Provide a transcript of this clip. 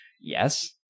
yes